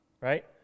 Right